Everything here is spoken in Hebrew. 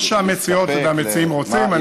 מה שהמציעות והמציעים רוצים.